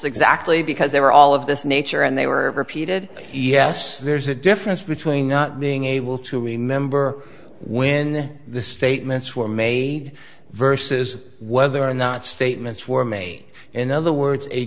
exactly because they were all of this nature and they were repeated yes there's a difference between not being able to remember when the statements were made versus whether or not statements were made in other words a